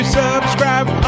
subscribe